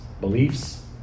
beliefs